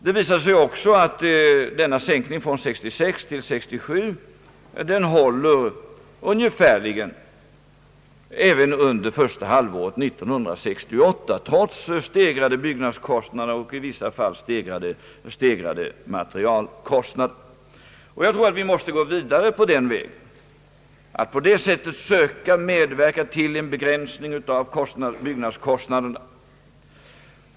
Det visade sig också att denna sänkning från 1966 till 1967 har stått sig i stort sett även under första halvåret 1968 trots stegrade byggnadskostnader och i vissa fall stegrade materialkostnader. Jag tror att vi måste gå vidare på den vägen och på det sättet söka medverka till en begränsning av byggnadskostnaderna.